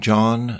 John